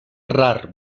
rar